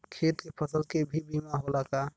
खेत के फसल के भी बीमा होला का?